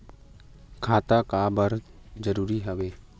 खाता का बर जरूरी हवे?